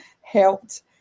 helped